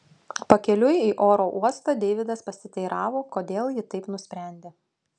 pakeliui į oro uostą deividas pasiteiravo kodėl ji taip nusprendė